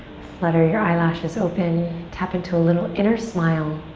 flutter your eyelashes open. tap into a little inner smile